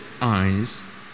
eyes